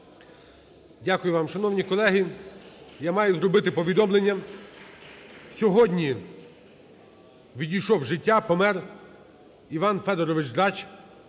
Дякую вам. Шановні колеги, я маю зробити повідомлення. Сьогодні відійшов з життя, помер Іван Федорович Драч,